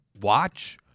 watch